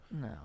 No